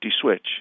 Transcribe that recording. switch